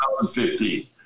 2015